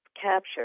capture